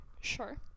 Sure